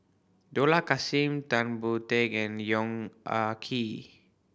Dollah Kassim Tan Boon Teik and Yong Ah Kee